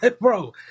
bro